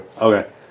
Okay